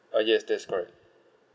uh yes that's correct